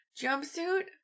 jumpsuit